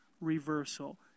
reversal